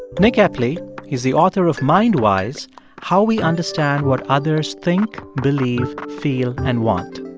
nick epley he's the author of mindwise how we understand what others think, believe, feel and want.